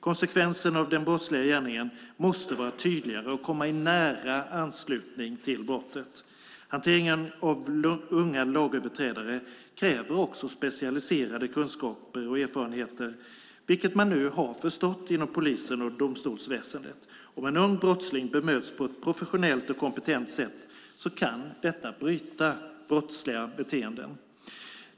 Konsekvensen av den brottsliga gärningen måste vara tydligare och komma i nära anslutning till brottet. Hanteringen av unga lagöverträdare kräver också specialiserade kunskaper och erfarenheter, vilket man nu har förstått inom polisen och domstolsväsendet. Om en ung brottsling bemöts på ett professionellt och kompetent sätt kan detta bryta brottsliga beteenden.